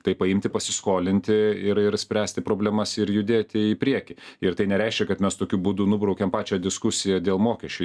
tai paimti pasiskolinti ir ir spręsti problemas ir judėti į priekį ir tai nereiškia kad mes tokiu būdu nubraukėm pačią diskusiją dėl mokesčių